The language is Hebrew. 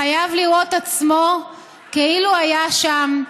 חייב לראות עצמו כאילו היה שם,